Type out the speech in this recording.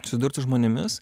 atsidurt su žmonėmis